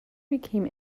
became